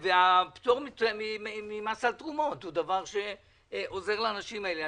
והפטור ממס על תרומות הוא דבר שעוזר לאנשים האלה.